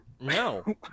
no